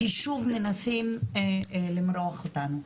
כי שוב מנסים למרוח אותנו.